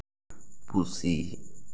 ᱯᱩᱥᱤ